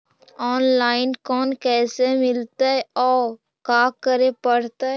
Online loan कैसे मिलतै औ का करे पड़तै?